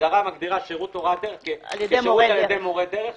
ההגדרה מגדירה שירות הוראת דרך כשירות על ידי מורה דרך,